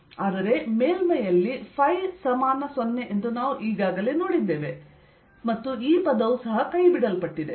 ಆದರೆ ಮೇಲ್ಮೈಯಲ್ಲಿ ϕ 0 ಎಂದು ನಾವು ಈಗಾಗಲೇ ನೋಡಿದ್ದೇವೆ ಮತ್ತು ಈ ಪದವು ಸಹ ಕೈಬಿಡಲ್ಪಟ್ಟಿದೆ